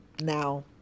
Now